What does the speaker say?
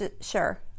sure